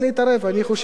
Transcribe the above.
שלא יבלבל את המוח.